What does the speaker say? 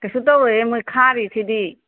ꯀꯩꯁꯨ ꯇꯧꯔꯣꯏꯍꯦ ꯃꯣꯏ ꯈꯥꯔꯤꯁꯤꯗꯤ